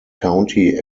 county